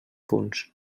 punts